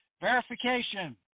verification